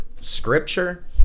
scripture